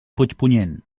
puigpunyent